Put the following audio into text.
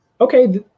okay